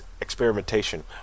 Experimentation